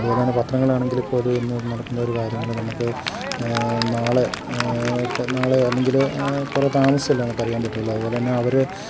അതുപോലെ തന്നെ പത്രങ്ങളാണെങ്കില് ഇപ്പോൾ ഒര് ഇന്ന് നടക്കുന്ന ഒരു കാര്യങ്ങള് നമുക്ക് നാളെ നാളെയോ അല്ലെങ്കില് കുറെ താമസിച്ചല്ലേ നമുക്ക് അറിയാൻ പറ്റുള്ളൂ അതുപോലെ തന്നെ അവര്